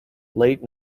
late